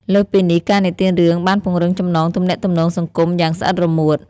លើសពីនេះ ការនិទានរឿងបានពង្រឹងចំណងទំនាក់ទំនងសង្គមយ៉ាងស្អិតរមួត។